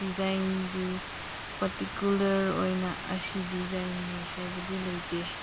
ꯗꯤꯖꯥꯏꯟꯗꯤ ꯄꯥꯔꯇꯤꯀꯨꯂꯔ ꯑꯣꯏꯅ ꯑꯁꯤ ꯗꯤꯖꯥꯏꯟꯅꯤ ꯍꯥꯏꯕꯗꯤ ꯂꯩꯇꯦ